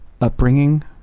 upbringing